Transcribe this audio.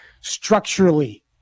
Structurally